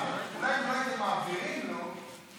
אולי אם לא הייתם מעבירים לו אז,